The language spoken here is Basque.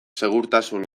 segurtasun